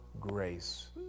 grace